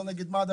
לא נגד מד"א,